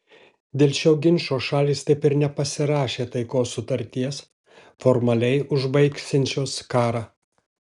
dėl šio ginčo šalys taip ir nepasirašė taikos sutarties formaliai užbaigsiančios karą